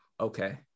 okay